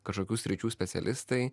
kažkokių sričių specialistai